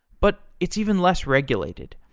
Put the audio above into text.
but it's even less regulated.